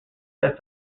sets